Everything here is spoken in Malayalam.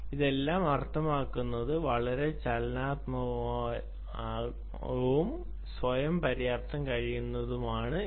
ഇതെല്ലാം അർത്ഥമാക്കുന്നത് ഇവിടെ ചലനാത്മകവും സ്വയം ചെയ്യാൻ കഴിയുന്നതുമാണ് ഇത്